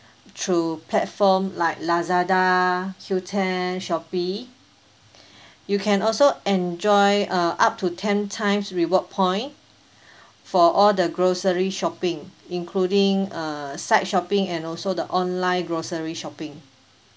through platform like lazada Q ten shopee you can also enjoy uh up to ten times reward point for all the grocery shopping including uh site shopping and also the online grocery shopping